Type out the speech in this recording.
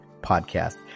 podcast